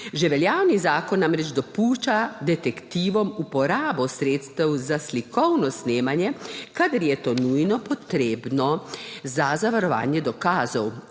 Že veljavni zakon namreč dopušča detektivom uporabo sredstev za slikovno snemanje, kadar je to nujno potrebno za zavarovanje dokazov.